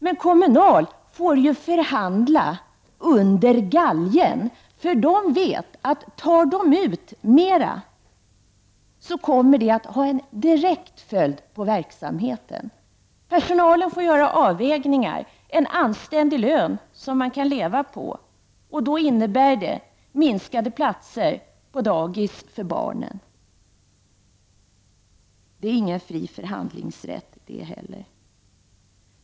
Men Kommunal får ju förhandla under galgen, eftersom förbundet vet att om det tar ut mer kommer det att få en direkt följd på verksamheten. Personalen får göra avvägningar. En anständig lön som går att leva på innebär ett mindre antal platser på dagis för barnen. Det innebär ingen fri förhandlingsrätt det heller.